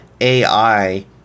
AI